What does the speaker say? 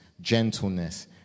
gentleness